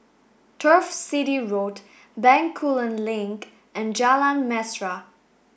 Turf City Road Bencoolen Link and Jalan Mesra